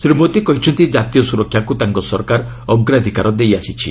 ଶ୍ରୀ ମୋଦି କହିଛନ୍ତି ଜାତୀୟ ସୁରକ୍ଷାକୁ ତାଙ୍କ ସରକାର ଅଗ୍ରାଧିକାର ଦେଇଆସିଛି